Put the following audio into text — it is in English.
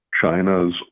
China's